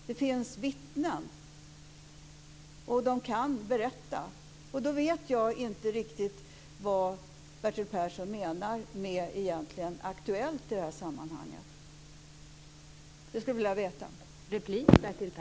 Det finns vittnen, och de kan berätta. Jag vet inte riktigt vad Bertil Persson menar med "aktuell" i det här sammanhanget. Det skulle jag vilja veta.